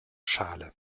schale